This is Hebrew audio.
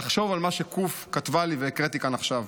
לחשוב על מה שק' כתבה לי והקראתי כאן עכשיו.